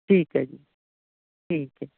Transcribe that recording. ਠੀਕ ਹੈ ਜੀ ਠੀਕ ਹੈ